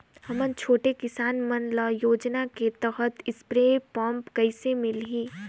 हमन छोटे किसान मन ल योजना के तहत स्प्रे पम्प कइसे मिलही?